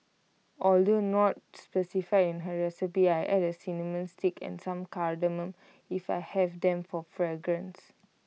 although not specified in her recipe I add A cinnamon stick and some cardamom if I have them for fragrance